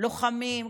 לוחמים,